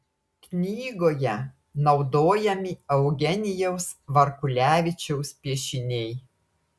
knygoje naudojami eugenijaus varkulevičiaus piešiniai